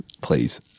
Please